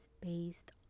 based